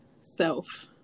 self